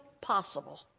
possible